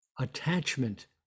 attachment